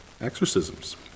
exorcisms